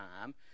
time